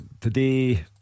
Today